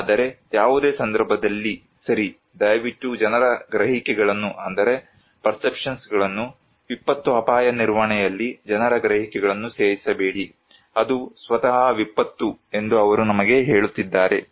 ಆದರೆ ಯಾವುದೇ ಸಂದರ್ಭದಲ್ಲಿ ಸರಿ ದಯವಿಟ್ಟು ಜನರ ಗ್ರಹಿಕೆಗಳನ್ನು ವಿಪತ್ತು ಅಪಾಯ ನಿರ್ವಹಣೆಯಲ್ಲಿ ಜನರ ಗ್ರಹಿಕೆಗಳನ್ನು ಸೇರಿಸಬೇಡಿ ಅದು ಸ್ವತಃ ವಿಪತ್ತು ಎಂದು ಅವರು ನಮಗೆ ಹೇಳುತ್ತಿದ್ದಾರೆ